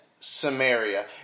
Samaria